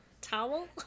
towel